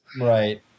Right